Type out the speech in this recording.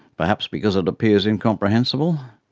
perhaps because it appears incomprehensible,